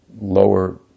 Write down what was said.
lower